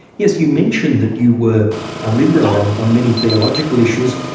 yes, you mention that you were a liberal on on many theological issues.